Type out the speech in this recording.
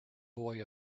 boy